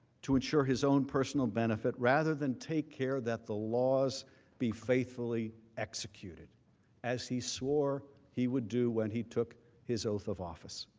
to ensure his own personal benefit rather than take care that the laws be faithfully executed as he swore he would do when he took his oath of office.